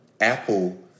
Apple